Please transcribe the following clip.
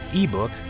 ebook